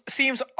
seems